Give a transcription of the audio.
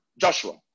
Joshua